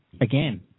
Again